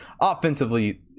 offensively